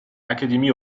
academy